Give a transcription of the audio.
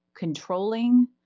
controlling